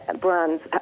brands